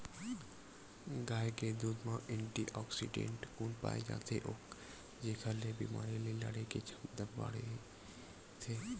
गाय के दूद म एंटीऑक्सीडेंट गुन पाए जाथे जेखर ले बेमारी ले लड़े के छमता बाड़थे